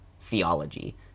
theology